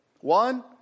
One